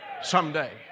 someday